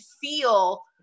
feel